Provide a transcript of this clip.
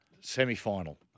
Semi-final